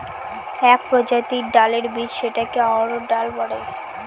এক প্রজাতির ডালের বীজ যেটাকে অড়হর ডাল বলে